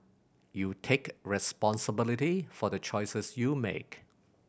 you take responsibility for the choices you make